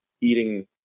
eating